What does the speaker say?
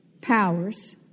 powers